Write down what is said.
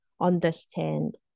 understand